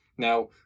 Now